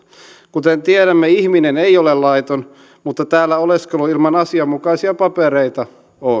kuten tiedämme ihminen ei ole laiton mutta täällä oleskelu ilman asianmukaisia papereita on